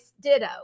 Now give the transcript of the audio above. ditto